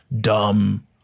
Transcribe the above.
dumb